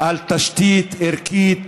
על תשתית ערכית